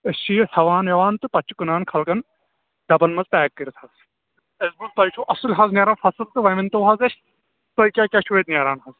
أسۍ چھِ یہِ ہیٚوَان وِیٚوَان تہٕ پَتہٕ چھِ کٕنان خَلقَن ڈَبَن منٛز پیک کٔرِتھ حظ اَسہِ بوٗز تۅہہِ چھُوٕ اَصٕل حظ نیرَان فَصل تہٕ وۅنۍ ؤنۍتَو حظ اَسہِ تۅہہِ کیٛاہ کیٛاہ چھُ اَتہِ نیرَان حظ